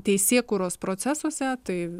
teisėkūros procesuose tai